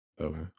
Okay